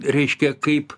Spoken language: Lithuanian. reiškia kaip